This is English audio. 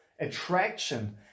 attraction